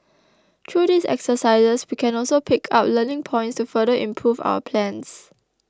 through these exercises we can also pick up learning points to further improve our plans